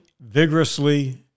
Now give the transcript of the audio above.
vigorously